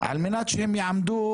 על מנת הם יעמדו